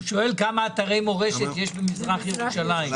הוא שואל כמה אתרי מורשת יש במזרח ירושלים.